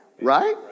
Right